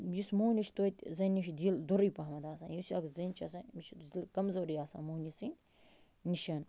یُس مٔہٕنیوٗ چھِ تۄتہِ زَنٛنِش دِل دوٚرٕے پہَن آسان یُس اَکھ زٔنۍ چھِ آسان أمِس چھِ دِل کَمزوٗری آسان مٔہٕنِوِ سٔنٛدِ نِشَن